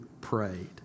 prayed